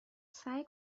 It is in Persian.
سعی